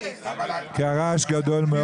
כי הרעש גדול מאוד.